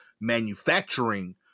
manufacturing